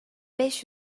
beş